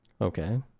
Okay